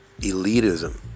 elitism